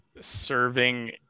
serving